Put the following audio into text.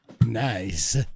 nice